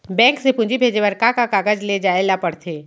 Bank से पूंजी भेजे बर का का कागज ले जाये ल पड़थे?